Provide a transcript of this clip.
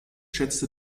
schätzte